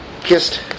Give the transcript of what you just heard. Kissed